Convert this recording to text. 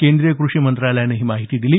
केंद्रीय कृषी मंत्रालयानं ही माहिती दिली